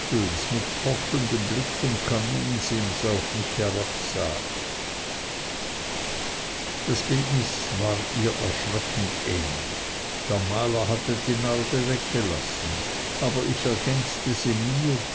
mit forschendem blick vom kaminsims auf mich herabsah das bildnis war erschreckend ähnlich der maler hatte die narbe weggelassen aber ich ergänzte sie mir